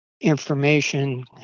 information